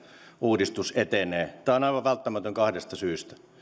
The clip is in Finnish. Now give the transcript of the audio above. uudistus etenee tämä on aivan välttämätön kahdesta syystä